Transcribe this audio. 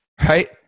Right